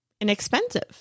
inexpensive